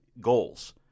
goals